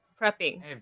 prepping